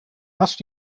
asked